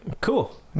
cool